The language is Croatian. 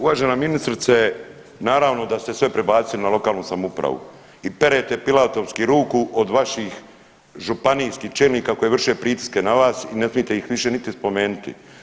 Uvažena ministrice, naravno da ste sve prebacili na lokalnu samoupravu i perete pilatovski ruku od vaših županijskih čelnika koji vrše pritiske na vas i ne smijete ih više niti spomenuti.